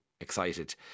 Excited